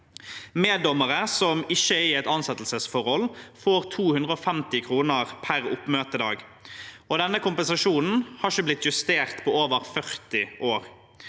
Meddommere som ikke er i et ansettelsesforhold, får 250 kr per oppmøtedag, og denne kompensasjonen har ikke blitt justert på over 40 år.